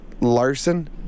Larson